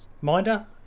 Minder